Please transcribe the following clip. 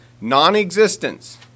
non-existence